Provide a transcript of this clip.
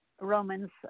Romans